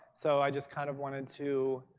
so i just kind of wanted to